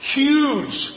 huge